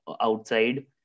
outside